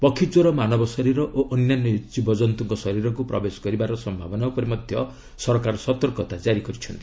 ପକ୍ଷୀ କ୍ୱର ମାନବ ଶରୀର ଓ ଅନ୍ୟାନ୍ୟ ଜୀବଜନ୍ତୁଙ୍କ ଶରୀରକୁ ପ୍ରବେଶ କରିବାର ସମ୍ଭାବନା ଉପରେ ମଧ୍ୟ ସରକାର ସତର୍କତା କାରି କରିଛନ୍ତି